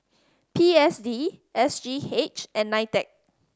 P S D S G H and NITEC